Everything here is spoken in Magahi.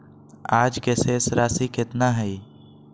आज के शेष राशि केतना हइ?